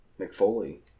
McFoley